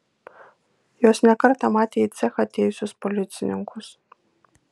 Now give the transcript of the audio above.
jos ne kartą matė į cechą atėjusius policininkus